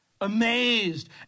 amazed